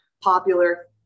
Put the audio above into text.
popular